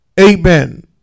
Amen